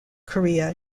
korea